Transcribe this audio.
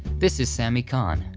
this is sammy cahn,